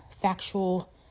factual